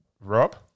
Rob